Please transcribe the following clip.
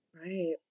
Right